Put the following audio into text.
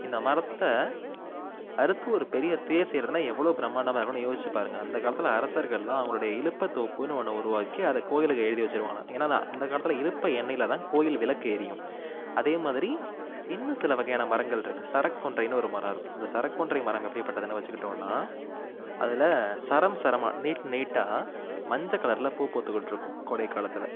இந்த மரத்தை அறுத்து ஒரு பெரிய தேர் செய்கிறதுனா எவ்வளோ பிரம்மாண்டமாக இருக்கும்னு யோசித்து பாருங்கள் அந்த காலத்தில் அரசர்கள்லாம் அவர்களுடைய இலுப்பை தோப்புனு ஒன்று உருவாக்கி அதை கோவிலுக்கு எழுதி வச்சுருவாங்கலாம் ஏன்னா அது அந்த காலத்தில் இலுப்பை எண்ணெயில் தான் கோவில் விளக்கு எரியும் அதே மாதிரி இன்னும் சில வகையான மரங்கள் இருக்குது சரக்கொன்றைன்னு ஒரு மரம் இருக்கும் இந்த சரக்கொன்றை மரம் எப்படி பட்டதுனு வச்சுக்கிட்டோம்னா அதில் சரம் சரமாக நீட்டு நீட்டாக மஞ்சள் கலரில் பூ பூத்துக்கிட்டு இருக்கும் கோடை காலத்ததில்